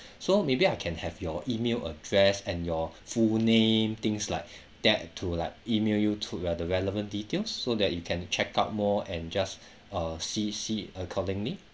so maybe I can have your email address and your full name things like that to like email you to ya the relevant details so that you can check out more and just uh see see accordingly